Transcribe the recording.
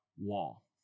wall